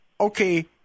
Okay